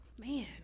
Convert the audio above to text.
Man